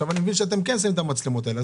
עכשיו אני מבין שאתם כן שמים את המצלמות הללו.